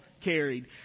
carried